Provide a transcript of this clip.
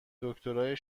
دکترای